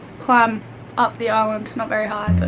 climb up the island, not very high